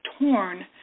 torn